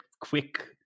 quick